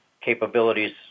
capabilities